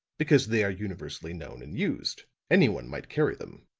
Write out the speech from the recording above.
because they are universally known and used. any one might carry them.